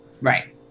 Right